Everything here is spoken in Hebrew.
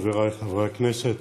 חבריי חברי הכנסת,